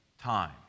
time